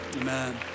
amen